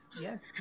Yes